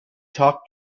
talk